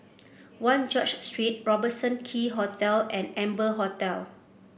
One George Street Robertson Quay Hotel and Amber Hotel